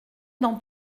dans